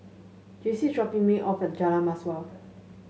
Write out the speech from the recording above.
Jaycie is dropping me off at Jalan Mawar